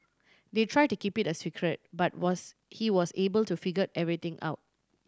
they tried to keep it a secret but was he was able to figure everything out